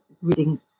reading